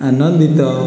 ଆନନ୍ଦିତ